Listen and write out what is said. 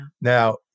Now